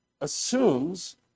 assumes